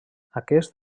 aquest